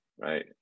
right